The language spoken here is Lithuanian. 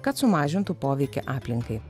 kad sumažintų poveikį aplinkai